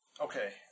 okay